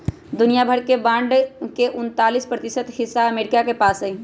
दुनिया भर के बांड के उन्तालीस प्रतिशत हिस्सा अमरीका के पास हई